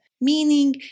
meaning